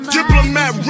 Diplomat